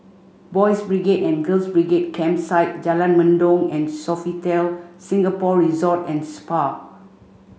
Boys' Brigade and Girls' Brigade Campsite Jalan Mendong and Sofitel Singapore Resort and Spa